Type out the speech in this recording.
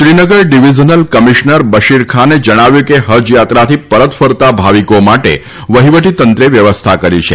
શ્રીનગરના divisional commissioner Bashir ખાને જણાવ્યું છે કે હજયાત્રાથી પરત ફરતા ભાવિકો માટે વહિવટીતંત્રે વ્યવસ્થા કરી છે